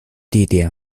地点